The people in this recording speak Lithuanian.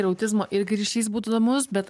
ir autizmo irgi ryšys būtų įdomus bet